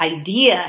idea